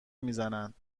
میزند